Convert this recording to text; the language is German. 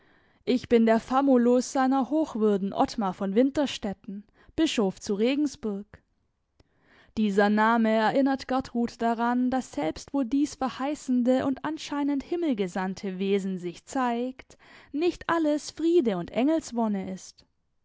ich bin der famulus seiner hockwürden ottmar von winterstetten bischof zu regensburg dieser name erinnert gertrud daran daß selbst wo dies verheißende und anscheinend himmelgesandte wesen sich zeigt nicht alles friede und engelswonne ist